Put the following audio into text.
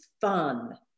fun